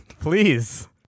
Please